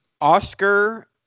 Oscar